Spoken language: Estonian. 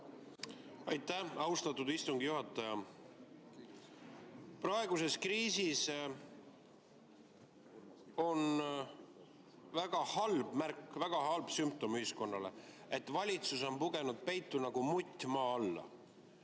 Aitäh, austatud istungi juhataja! Praeguses kriisis on väga halb märk, väga halb sümptom ühiskonnale see, et valitsus on pugenud peitu nagu mutt maa alla.